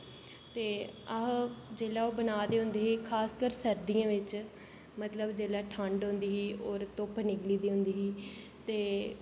ते अस जेल्लै ओह् बना दे होंदे हे खास कर सर्दियें बिच मतलब जेल्लै ठंड होंदी ही होर धुप्प निकली दी होंदी ही ते